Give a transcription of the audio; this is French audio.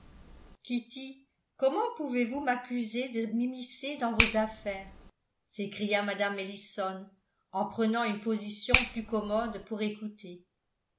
comment pouvez-vous m'accuser de m'immiscer dans vos affaires s'écria mme ellison en prenant une position plus commode pour écouter